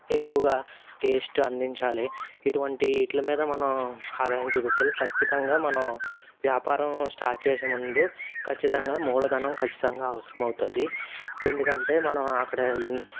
ఎక్కువగా టేస్ట్ అందించాలి ఇటువంటి వీటి మీద మనం ఆదాయం చూపించాలి ఖచ్చితంగా మనం వ్యాపారం స్టార్ట్ చేసే ముందు ఖ ఖచ్చితంగా మూలధనం ఖచ్చితంగా అవసరం అవుతుంది ఎందుకంటే మనం అక్కడ